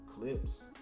Clips